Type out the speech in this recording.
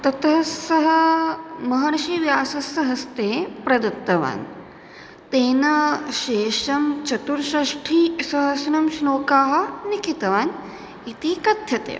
ततः सः महर्षिव्यासस्य हस्ते प्रदत्तवान् तेन शेषं चतुर्षष्ठिसहस्रं श्लोकाः लिखितवान् इति कथ्यते